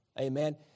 Amen